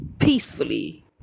peacefully